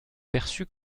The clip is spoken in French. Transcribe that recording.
perçus